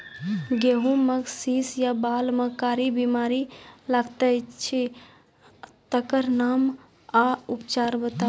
गेहूँमक शीश या बाल म कारी बीमारी लागतै अछि तकर नाम आ उपचार बताउ?